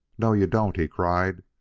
no you don't, he cried.